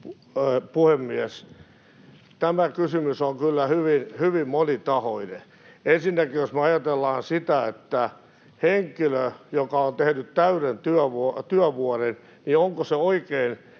puhemies! Tämä kysymys on kyllä hyvin monitahoinen. Jos me ajatellaan sitä, että henkilö on tehnyt täyden työvuoden, niin onko oikein,